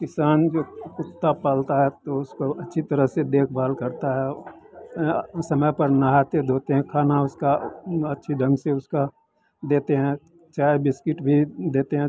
किसान जो कुत्ता पालता है तो उसको अच्छी तरह से देखभाल करता है समय पर नहाते धोते हैं खाना उसका अच्छी ढंग से उसका देते हैं चाय बिस्किट भी देते हैं